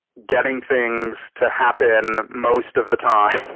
getting things to happen most of the time,